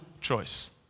choice